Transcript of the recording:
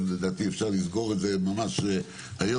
לדעתי אפשר לסגור את זה ממש היום.